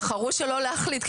בחרו שלא להחליט,